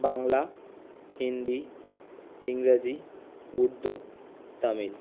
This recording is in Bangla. বাংলা হিন্দি ইংরাজি উর্দু তামিল